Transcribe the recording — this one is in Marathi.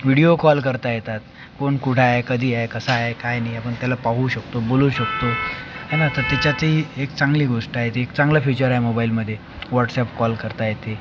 व्हिडिओ कॉल करता येतात कोण कुठं आहे कधी आहे कसा आहे काय नाही आहे आपण त्याला पाहू शकतो बोलू शकतो आणि आता त्याच्यातही एक चांगली गोष्ट आहे ती एक चांगलं फीचर आहे मोबाईलमध्ये व्हाट्सअप कॉल करता येते